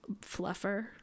fluffer